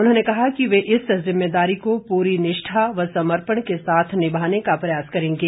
उन्होंने कहा कि वे इस जिम्मेदारी को पूरी निष्ठा व समर्पण के साथ निभाने का प्रयास करेंगे